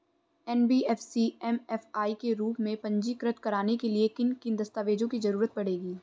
NBFC MFI के रूप में पंजीकृत कराने के लिए किन किन दस्तावेजों की जरूरत पड़ेगी?